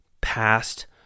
past